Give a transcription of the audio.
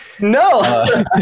No